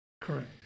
Correct